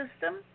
system